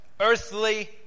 Earthly